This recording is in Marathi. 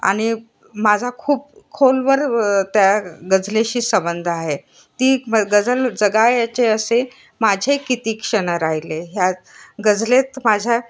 आणि माझा खूप खोलवर त्या गझलेशी संबंध आहे ती गझल जगायचे असे माझे किती क्षण राहिले ह्या गझलेत माझ्या